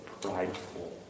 prideful